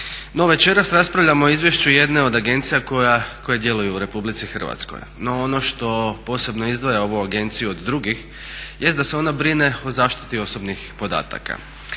večeras raspravljamo o izvješću jedne od agencija koje djeluju u Republici Hrvatskoj. No ono što posebno izdvaja ovu agenciju od drugih jest da se ona brine o zaštiti osobnih podataka,